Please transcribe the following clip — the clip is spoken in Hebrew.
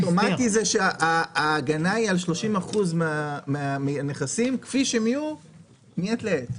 אבל האוטומטי זה ההגנה על ה-30% מהנכסים כפי שהם יהיו מעת לעת.